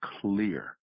clear